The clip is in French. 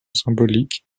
symbolique